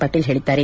ಪಾಟೀಲ್ ಹೇಳಿದ್ದಾರೆ